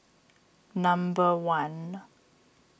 number one